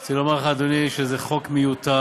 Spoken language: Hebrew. אני רוצה לומר לך, אדוני, שזה חוק מיותר,